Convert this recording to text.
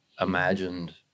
imagined